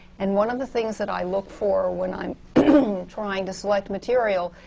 and one of the things that i look for when i'm trying to select material